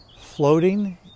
floating